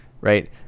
right